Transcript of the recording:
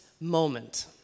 moment